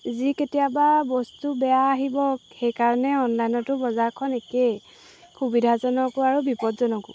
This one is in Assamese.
যি কেতিয়াবা বস্তু বেয়া আহিব সেইকাৰণে অনলাইনতো বজাৰখন একেই সুবিধাজনকো আৰু বিপদজনকো